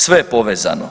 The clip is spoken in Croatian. Sve je povezano.